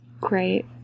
Great